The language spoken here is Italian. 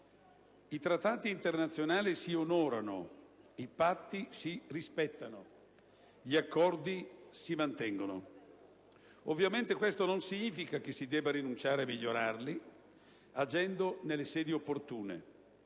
I trattati internazionali si onorano. I patti si rispettano. Gli accordi si mantengono. Ovviamente, questo non significa che si debba rinunciare a migliorarli agendo nelle sedi opportune.